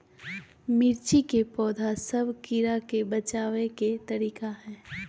मिर्ची के पौधा सब के कीड़ा से बचाय के तरीका?